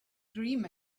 dream